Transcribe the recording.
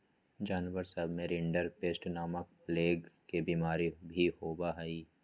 जानवर सब में रिंडरपेस्ट नामक प्लेग के बिमारी भी होबा हई